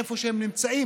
איפה שהם נמצאים,